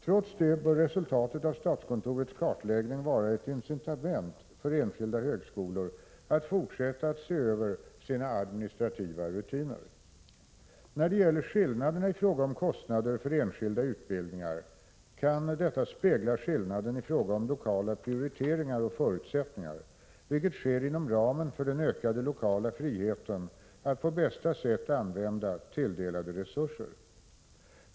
Trots det bör resultatet av statskontorets kartläggning vara ett incitament för enskilda högskolor att fortsätta att se över sina administrativa rutiner. När det gäller skillnaderna i fråga om kostnader för enskilda utbildningar kan detta spegla skillnaden i fråga om lokala prioriteringar och förutsättningar — vilket sker inom ramen för den ökade lokala friheten att på bästa sätt använda tilldelade resurser.